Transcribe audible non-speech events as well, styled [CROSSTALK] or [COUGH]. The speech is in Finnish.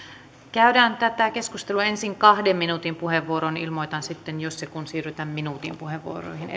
käydään tätä keskustelua ensin kahden minuutin puheenvuoroin ilmoitan sitten jos ja kun siirrytään minuutin puheenvuoroihin [UNINTELLIGIBLE]